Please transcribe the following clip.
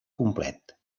complet